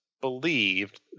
believed